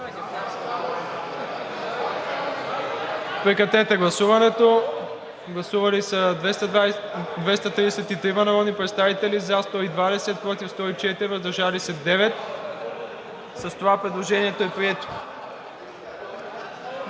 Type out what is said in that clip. режим на гласуване. Гласували 216 народни представители: за 110, против 84, въздържали се 22. С това предложението е прието.